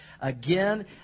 again